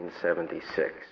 1976